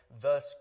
thus